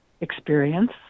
experience